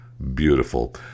Beautiful